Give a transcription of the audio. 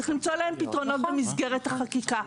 צריך למצוא להן פתרונות במסגרת החקיקה,